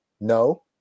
No